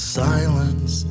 silence